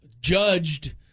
judged